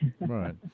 Right